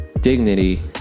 dignity